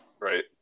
Right